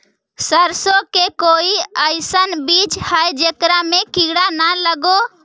सरसों के कोई एइसन बिज है जेकरा में किड़ा न लगे?